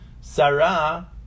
Sarah